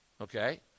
Okay